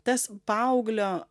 tas paauglio